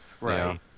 Right